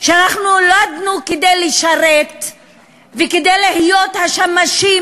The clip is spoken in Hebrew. שאנחנו נולדנו כדי לשרת וכדי להיות השמשים,